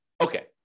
Okay